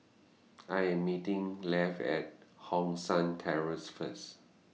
I Am meeting Leigh At Hong San Terrace First